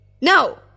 No